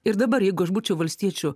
ir dabar jeigu aš būčiau valstiečių